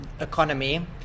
economy